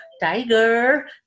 tiger